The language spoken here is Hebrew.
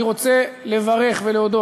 אני רוצה לברך ולהודות.